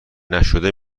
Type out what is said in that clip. نشده